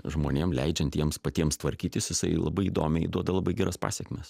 žmonėm leidžiant jiems patiems tvarkytis jisai labai įdomiai duoda labai geras pasekmes